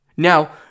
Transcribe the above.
Now